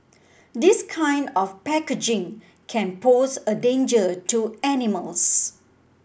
this kind of packaging can pose a danger to animals